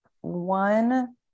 one